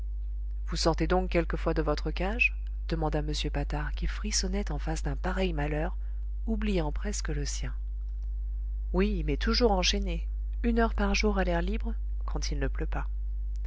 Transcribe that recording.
vous sortez donc quelquefois de votre cage demanda m patard qui frissonnait en face d'un pareil malheur oubliant presque le sien oui mais toujours enchaîné une heure par jour à l'air libre quand il ne pleut pas